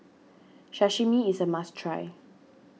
Sashimi is a must try